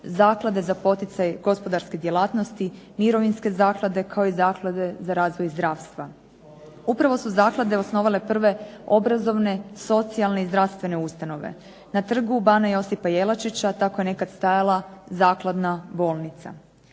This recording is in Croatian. zaklade za poticaj gospodarske djelatnosti, mirovinske zaklade, kao i zaklade za razvoj zdravstva. Upravo su zaklade osnovale prve obrazovne, socijalne i zdravstvene ustanove. Na Trgu bana Josipa Jelačića tako je nekad stajala zakladna bolnica.